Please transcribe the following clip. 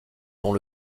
dont